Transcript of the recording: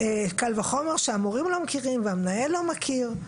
קל וחומר שהמורים לא מכירים והמנהל לא מכיר.